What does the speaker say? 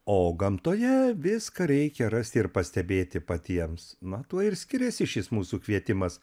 o gamtoje viską reikia rasti ir pastebėti patiems na tuo ir skiriasi šis mūsų kvietimas